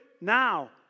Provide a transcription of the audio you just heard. now